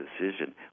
decision